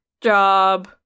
Job